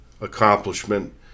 accomplishment